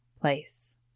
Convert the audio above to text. place